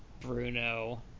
Bruno